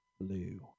blue